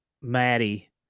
Maddie